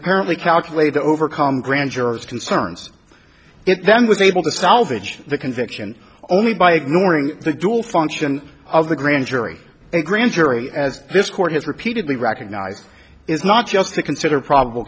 apparently calculated to overcome grand jurors concerns it then was able to salvage the conviction only by ignoring the dual function of the grand jury a grand jury as this court has repeatedly recognized is not just to consider probable